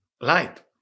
light